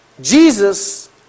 Jesus